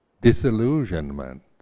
disillusionment